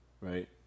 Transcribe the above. right